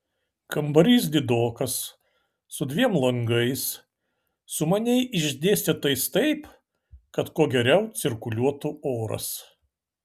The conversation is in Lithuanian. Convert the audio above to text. kambarys didokas su dviem langais sumaniai išdėstytais taip kad kuo geriau cirkuliuotų oras